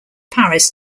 paris